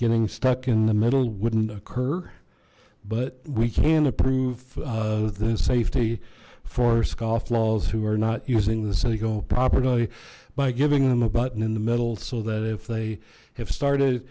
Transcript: getting stuck in the middle wouldn't occur but we can approve the safety for scofflaws who are not using this and go properly by giving them a button in the middle so that if they have started